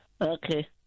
Okay